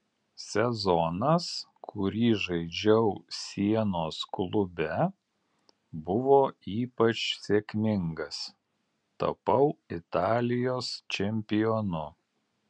sezonas kurį žaidžiau sienos klube buvo ypač sėkmingas tapau italijos čempionu